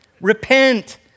repent